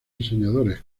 diseñadores